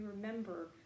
remember